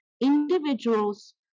Individuals